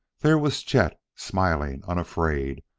there was chet, smiling, unafraid,